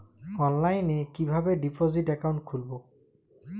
অনলাইনে কিভাবে deposit account খুলবো?